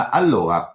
allora